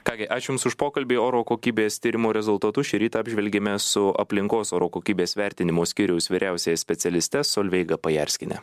ką gi aš jums už pokalbį oro kokybės tyrimo rezultatus šį rytą apžvelgėme su aplinkos oro kokybės vertinimo skyriaus vyriausiąja specialiste solveiga pajarskiene